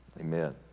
Amen